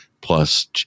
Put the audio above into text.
plus